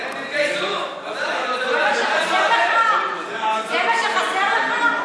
כן, תתגייסו, זה מה שחסר לך?